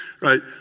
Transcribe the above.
right